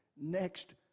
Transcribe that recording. next